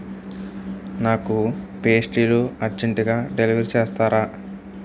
నాకు పేస్ట్రీలు అర్జంటుగా డెలివర్ చేస్తారా